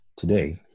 Today